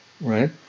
right